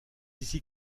ici